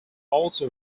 also